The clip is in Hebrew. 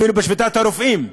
אפילו בשביתת הרופאים,